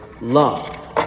love